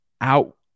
out